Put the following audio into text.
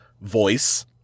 voice